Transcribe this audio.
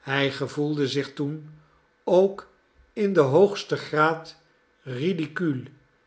hij gevoelde zich toen ook in den hoogsten graad ridicule